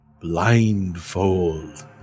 blindfold